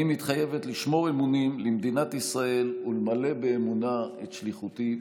אני מתחייבת לשמור אמונים למדינת ישראל ולמלא באמונה את שליחותי בכנסת.